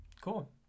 Cool